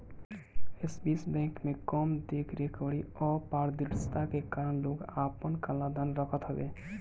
Swiss bank में कम देख रेख अउरी अपारदर्शिता के कारण लोग आपन काला धन रखत हवे